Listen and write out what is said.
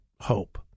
hope